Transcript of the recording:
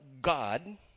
God